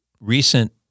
recent